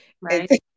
right